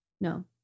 no